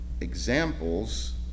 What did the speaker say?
examples